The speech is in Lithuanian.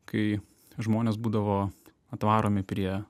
kai žmonės būdavo atvaromi prie